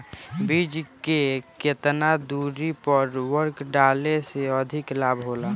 बीज के केतना दूरी पर उर्वरक डाले से अधिक लाभ होला?